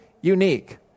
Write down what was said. unique